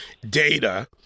data—